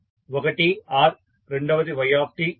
ఒకటి R రెండవది y